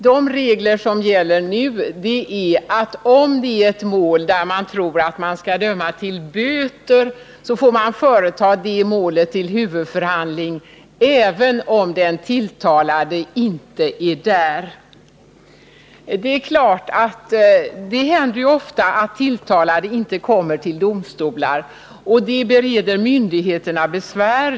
De regler som gäller nu säger att ett mål i vilket man tror att man skall döma till böter får företas till huvudförhandling, även om den tilltalade inte är närvarande, Det händer ofta att tilltalade inte kommer till domstolar, och det bereder myndigheterna besvär.